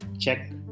check